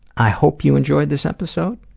i hope you enjoyed this episode.